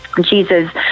Jesus